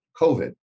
COVID